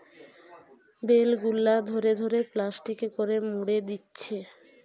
bell গুলা ধরে ধরে প্লাস্টিকে করে মুড়ে দিচ্ছে